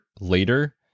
later